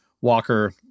Walker